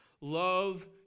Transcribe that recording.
love